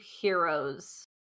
heroes